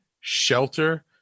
shelter